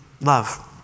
love